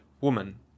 woman